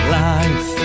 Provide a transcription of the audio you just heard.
life